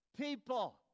People